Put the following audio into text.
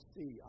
See